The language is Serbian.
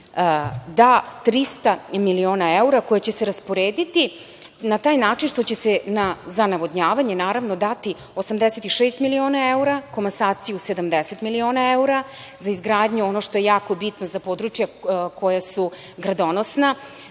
da 300 miliona evra, koji će se rasporediti na taj način što će se za navodnjavanje, naravno dati 86 miliona evra, komasaciju 70 miliona evra, za izgradnju ono što je jako bitno za područja koja su gradonosna,